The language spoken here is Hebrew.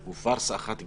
הוא פרסה אחת גדולה.